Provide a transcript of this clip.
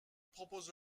propose